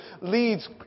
leads